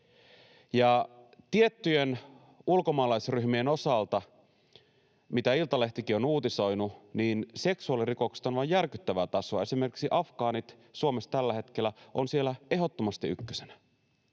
Ja tiettyjen ulkomaalaisryhmien osalta — mitä Iltalehtikin on uutisoinut — seksuaalirikokset ovat järkyttävää tasoa. Esimerkiksi afgaanit Suomessa tällä hetkellä ovat siellä ehdottomasti ykkösenä.